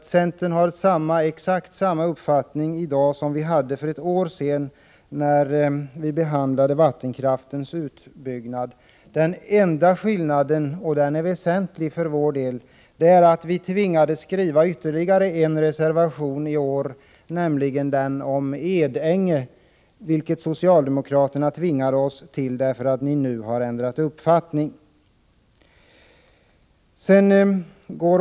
Viicentern har exakt samma uppfattning i dag som vi hade för ett år sedan, när riksdagen behandlade vattenkraftens utbyggnad. Den enda skillnaden — den är väsentlig för vår del — är att vi i år har tvingats skriva ytterligare en reservation, nämligen den om Edänge. Socialdemokraterna har tvingat oss till detta, eftersom de nu har ändrat uppfattning.